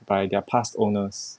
by their past owners